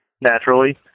naturally